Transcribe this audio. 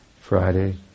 Friday